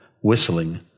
whistling